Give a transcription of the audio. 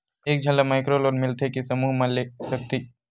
एक झन ला माइक्रो लोन मिलथे कि समूह मा ले सकती?